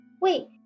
Wait